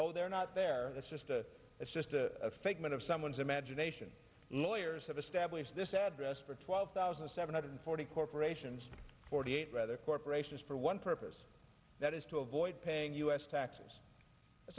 oh they're not there that's just a it's just a figment of someone's imagination lawyers have established this address for twelve thousand seven hundred forty corporations forty eight rather corporations for one purpose that is to avoid paying u s taxes